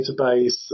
database